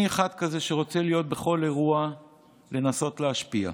אני אחד כזה שרוצה להיות בכל אירוע ולנסות להשפיע.